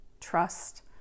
trust